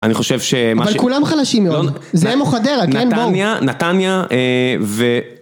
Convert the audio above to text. אני חושב ש... אבל כולם חלשים יואב, זה הם או חדרה, כן בואו. נתניה, נתניה ו...